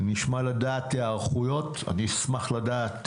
נשמח לדעת